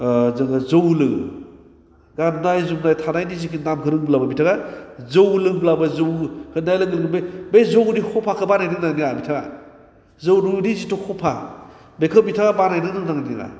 जोङो जौ लोङो गान्नाय जोमनाय थानायनि नामखौ रोंबाबो बिथाङा जौ लोंब्लाबो जौ होन्नाय लोगो लोगो बे बे जौनि कफाखौ बानायनो रोङो ना रोङा बिथाङा जौनि जे जिथु कफा बेखौ बिथाङा बानायनो रोंगोन्ना रोङा